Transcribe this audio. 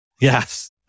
yes